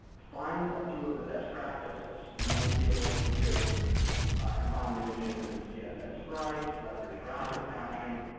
find a few of the best practices. you might be able to see here there's some combine images into css sprites, leverage browser caching.